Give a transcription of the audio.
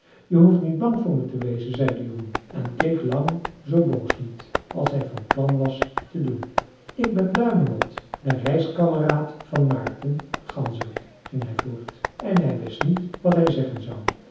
je hoeft niet bang voor me te wezen zei de jongen en keek lang zoo boos niet als hij van plan was te doen ik ben duimelot de reiskameraad van maarten den ganzerik ging hij voort en hij wist niet wat hij zeggen zou